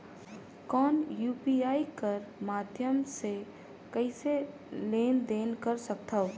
कौन यू.पी.आई कर माध्यम से कइसे लेन देन कर सकथव?